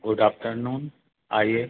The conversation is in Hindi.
गुड आफ्टरनून आइए